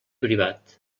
privat